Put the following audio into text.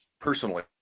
personally